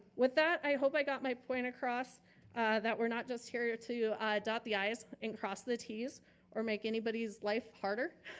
with that, i hope i got my point across that we're not just here to dot the is and cross the ts or make anybody's life harder.